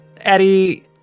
Eddie